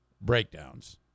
breakdowns